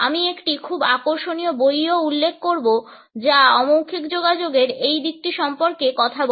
আমি একটি খুব আকর্ষণীয় বইও উল্লেখ করব যা অ মৌখিক যোগাযোগের এই দিকটি সম্পর্কে কথা বলে